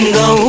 go